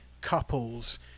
couples